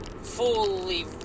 fully